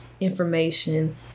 information